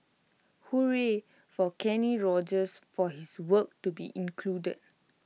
hooray for Kenny Rogers for his work to be included